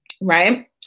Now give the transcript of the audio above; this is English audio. right